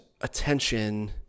attention